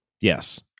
Yes